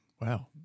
Wow